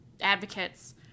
advocates